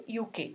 UK